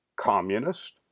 communist